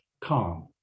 calm